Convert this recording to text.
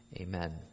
Amen